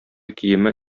киеме